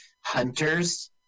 hunters